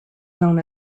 known